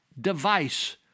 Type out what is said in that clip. device